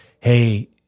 hey